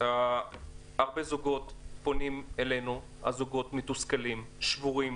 הרבה זוגות מתוסכלים ושבורים פונים אלינו.